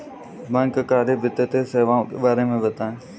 बैंककारी वित्तीय सेवाओं के बारे में बताएँ?